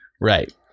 Right